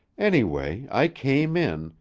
anyway, i came in,